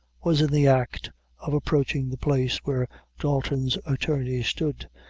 was in the act of approaching the place where dalton's attorney stood,